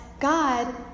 God